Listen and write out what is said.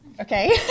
okay